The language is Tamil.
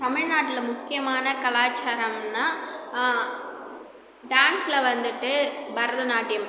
தமிழ்நாட்டில் முக்கியமான கலாச்சாரம்னா டான்ஸில் வந்துவிட்டு பரதநாட்டியம்